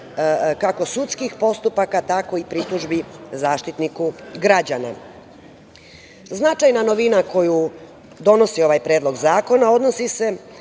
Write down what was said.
kako sudskih postupaka, tako i pritužbi zaštitniku građana. Značajna novina koju donosi ovaj predlog zakona odnosi se